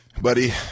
Buddy